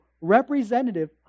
representative